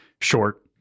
short